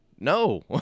No